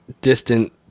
Distant